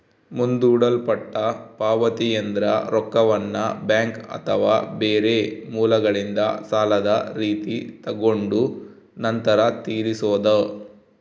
ಮುಂದೂಡಲ್ಪಟ್ಟ ಪಾವತಿಯೆಂದ್ರ ರೊಕ್ಕವನ್ನ ಬ್ಯಾಂಕ್ ಅಥವಾ ಬೇರೆ ಮೂಲಗಳಿಂದ ಸಾಲದ ರೀತಿ ತಗೊಂಡು ನಂತರ ತೀರಿಸೊದು